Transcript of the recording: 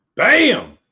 Bam